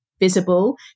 visible